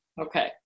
Okay